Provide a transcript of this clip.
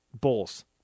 Bulls